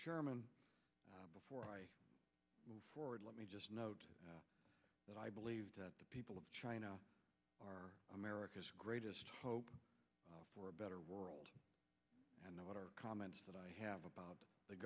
chairman before i move forward let me just note that i believe that the people of china are america's greatest hope for a better world and what our comments that i have about the